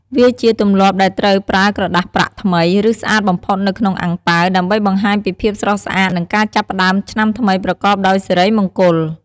វាជាទម្លាប់ដែលត្រូវប្រើក្រដាសប្រាក់ថ្មី ឬស្អាតបំផុតនៅក្នុងអាំងប៉ាវ ដើម្បីបង្ហាញពីភាពស្រស់ស្រាយ និងការចាប់ផ្ដើមឆ្នាំថ្មីប្រកបដោយសិរីមង្គល។